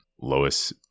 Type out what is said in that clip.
Lois